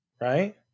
right